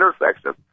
intersection